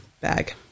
bag